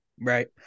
Right